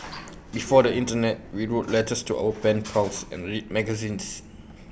before the Internet we wrote letters to our pen pals and read magazines